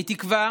אני תקווה